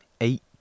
Eight